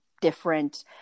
different